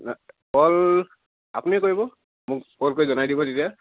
কল আপুনি কৰিয়ে কৰিব মোক কল কৰি জনাই দিব তেতিয়া